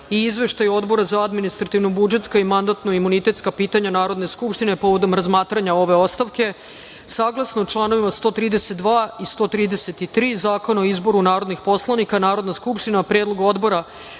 i Izveštaj Odbora za administrativno-budžetska i mandatno-imunitetska pitanja Narodne skupštine povodom razmatranja ove ostavke. Saglasno članu 132. i 133. Zakona o izboru narodnih poslanika, Narodna skupština, na predlog Odbora